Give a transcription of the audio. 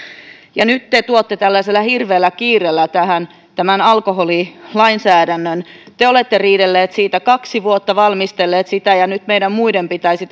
ja nyt te tuotte tällaisella hirveällä kiireellä tämän alkoholilainsäädännön te olette riidelleet siitä kaksi vuotta valmistelleet sitä ja nyt meidän muiden pitäisi